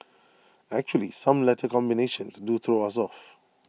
actually some letter combinations do throw us off